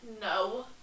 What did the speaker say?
No